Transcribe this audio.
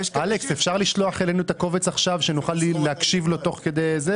אפשר לשלוח אלינו את הקובץ עכשיו כדי שנוכל להקשיב לו תוך כדי קריאה?